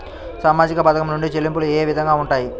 సామాజిక పథకం నుండి చెల్లింపులు ఏ విధంగా ఉంటాయి?